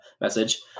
message